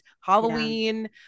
Halloween